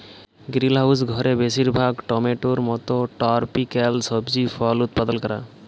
greenhouse ঘরে বেশিরভাগ টমেটোর মত টরপিক্যাল সবজি ফল উৎপাদল ক্যরা